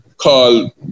call